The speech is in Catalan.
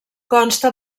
consta